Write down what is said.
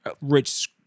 rich